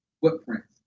footprints